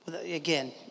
again